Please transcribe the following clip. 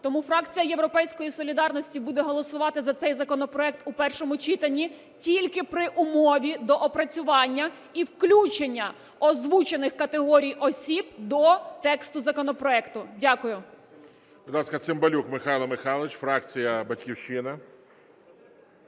Тому фракція "Європейська солідарність" буде голосувати за цей законопроект у першому читанні тільки при умові доопрацювання і включення озвучених категорій осіб до тексту законопроекту. Дякую.